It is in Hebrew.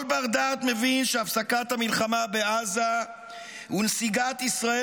כל בר-דעת מבין שהפסקת המלחמה בעזה ונסיגת ישראל